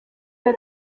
ati